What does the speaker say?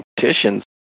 competitions